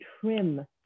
trim